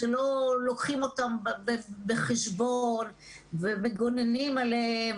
ושלא לוקחים אותם בחשבון ומגוננים עליהם,